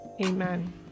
Amen